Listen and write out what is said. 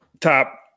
top